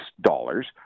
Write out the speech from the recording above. dollars